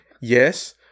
Yes